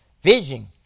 vision